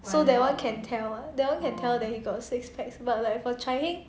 so that one can tell [what] that one can tell that he got six packs but like for chye heng